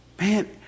man